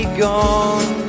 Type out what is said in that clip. gone